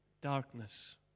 darkness